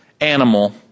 animal